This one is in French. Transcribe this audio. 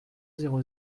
zéro